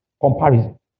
Comparison